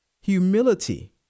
humility